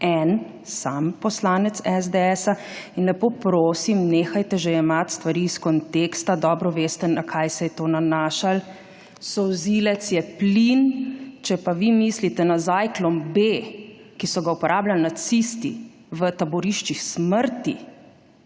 en sam poslanec SDS. Lepo prosim, nehajte že jemati stvari iz konteksta. Dobro veste, na kaj se je to nanašalo. Solzivec je plin, če pa vi mislite na Zyklon B, ki so ga uporabljali nacisti v taboriščih smrti